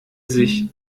sich